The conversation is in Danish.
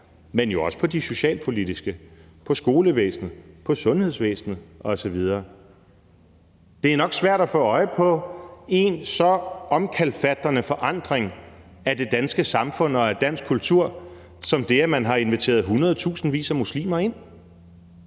men jo også på det socialpolitiske, på skolevæsenet, på sundhedsvæsenet osv. Det er nok svært at få øje på en så omkalfatrende forandring af det danske samfund og af dansk kultur som det, at man har inviteret hundredetusindvis af muslimer ind.